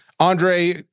Andre